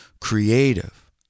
creative